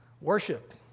Worship